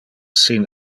sin